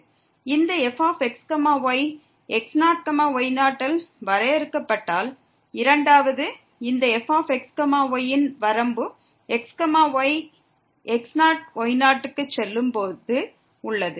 இந்த fx y x0 y0 இல் வரையறுக்கப்பட்டால் இரண்டாவது இந்த fx y ன் வரம்பு x y x0 y0 க்கு செல்லும்போது உள்ளது